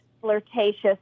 flirtatious